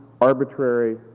arbitrary